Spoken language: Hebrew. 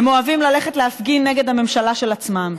הם אוהבים ללכת להפגין נגד הממשלה של עצמם.